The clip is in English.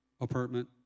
apartment